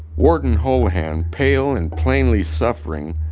warden holohan, pale and plainly suffering,